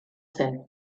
zen